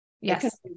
Yes